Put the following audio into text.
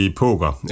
poker